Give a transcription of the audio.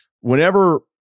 whenever